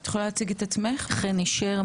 שמי חני שר,